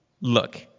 Look